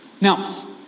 Now